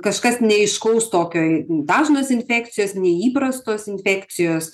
kažkas neaiškaus tokio dažnos infekcijos neįprastos infekcijos